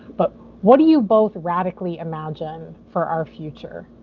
but what do you both radically imagine for our future?